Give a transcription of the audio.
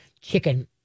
chicken